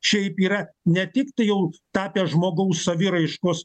šiaip yra ne tik tai jau tapę žmogaus saviraiškos